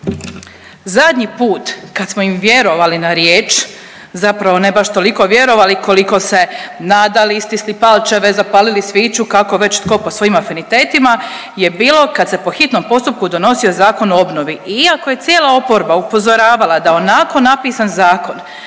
Zadnji put kad smo im vjerovali na riječ, zapravo ne baš toliko vjerovali koliko se nadali i stisli palčeve, zapalili sviću kako već tko po svojim afinitetima je bilo kad se po hitnom postupku donosio Zakon o obnovi iako je cijela oporba upozoravala da onako napisan zakon